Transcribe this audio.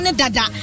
dada